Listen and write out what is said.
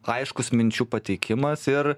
aiškus minčių pateikimas ir